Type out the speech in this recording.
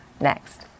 next